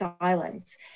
silence